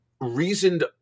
reasoned